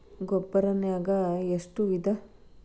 ರಸಗೊಬ್ಬರ ನಾಗ್ ಎಷ್ಟು ವಿಧ?